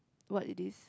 what it is